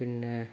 പിന്നെ